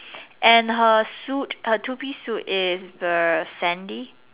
and her suit her two piece suit is the Sandy